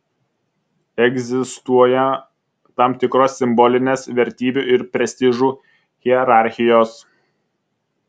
egzistuoja tam tikros simbolinės vertybių ir prestižų hierarchijos